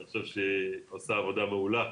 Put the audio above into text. אני חושב שהיא עושה עבודה מעולה.